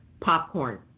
popcorn